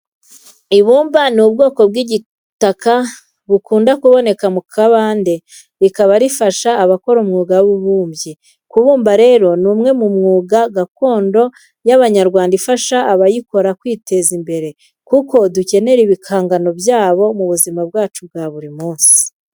Ibumba ni ubwoko bw'igitaka bukunda kuboneka mu kabande rikaba rifasha abakora umwuga w'ububumbyi. Kubumba rero ni umwe mu myuga gakondo y'abanyarwanda ifasha abayikora kwiteza imbere kuko dukenera ibihangano byabo mu buzima bwacu bwa buri munsi.